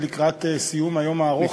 לקראת סיום היום הארוך הזה,